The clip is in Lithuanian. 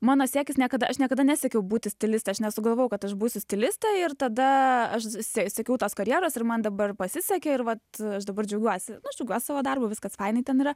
mano siekis niekada aš niekada nesiekiau būti stilistė aš nesugalvojau kad aš būsiu stilistė ir tada aš sie siekiau tos karjeros ir man dabar pasisekė ir vat aš dabar džiaugiuosi nu aš džiaugiuos savo darbu viskas fainai ten yra